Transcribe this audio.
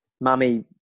Mummy